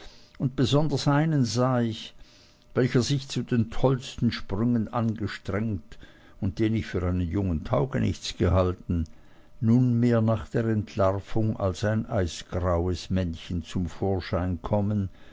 und besonders einen sah ich welcher sich zu den tollsten sprüngen angestrengt und den ich für einen jungen taugenichts gehalten nunmehr nach der entlarvung als ein eisgraues männchen zum vorschein kommen